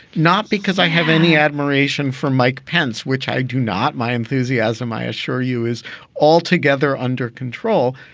not because i have any admiration for mike pence, which i do not my enthusiasm, i assure you, is altogether under control,